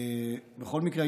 בכל מקרה,